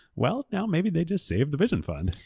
well now maybe they just saved the vision fund.